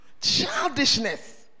childishness